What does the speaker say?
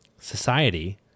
society